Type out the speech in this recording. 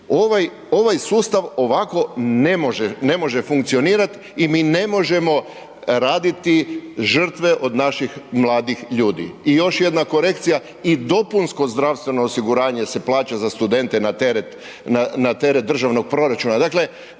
Ovaj sustav ovako ne može funkcionirati i mi ne možemo raditi žrtve od naših mladih ljudi. I još jedna korekcija i dopunsko zdravstveno osiguranje se plaća za studente na teret državnog proračuna.